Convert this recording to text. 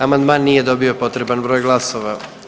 Amandman nije dobio potreban broj glasova.